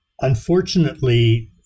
Unfortunately